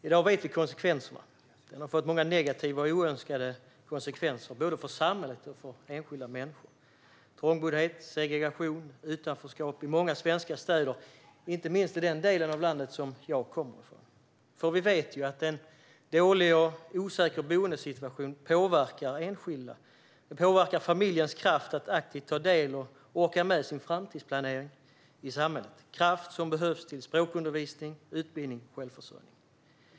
I dag vet vi att lagen har fått många negativa och oönskade konsekvenser, både för samhället och för enskilda människor: trångboddhet, segregation och utanförskap i många svenska städer, inte minst i den del av landet som jag kommer från. Vi vet att en dålig och osäker boendesituation påverkar enskilda och familjens kraft att aktivt ta del av och orka med sin framtidsplanering i samhället - kraft som behövs till språkundervisning, utbildning och självförsörjning.